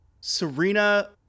Serena